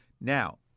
Now